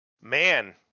man